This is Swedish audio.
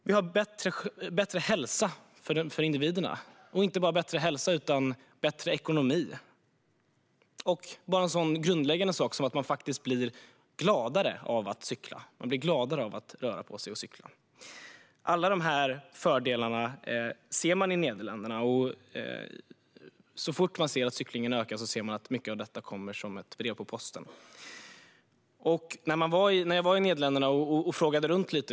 Cykling ger bättre hälsa och bättre ekonomi för individerna. Och bara en så grundläggande sak som att man faktiskt blir gladare av att röra på sig och cykla! Alla de här fördelarna ser man i Nederländerna, och så fort man ser att cyklingen ökar ser man att mycket av detta kommer som ett brev på posten. När jag var i Nederländerna frågade jag runt lite.